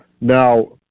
Now